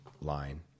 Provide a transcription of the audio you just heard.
line